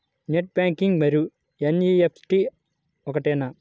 Net banking మరియు NEFT ఒకటేనా?